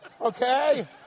okay